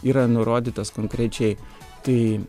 yra nurodytas konkrečiai tai